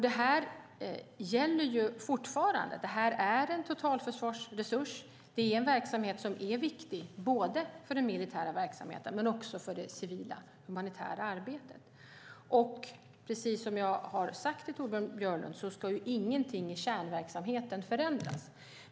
Detta gäller fortfarande. Det är en totalförsvarsresurs. Det är en verksamhet som är viktig för både den militära verksamheten och det civila humanitära arbetet. Som jag har sagt till Torbjörn Björlund ska ingenting i kärnverksamheten förändras.